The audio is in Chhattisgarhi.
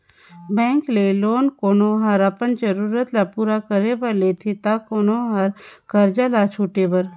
बेंक ले लोन कोनो हर अपन जरूरत ल पूरा करे बर लेथे ता कोलो हर करजा ल छुटे बर